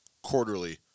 Quarterly